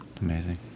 Amazing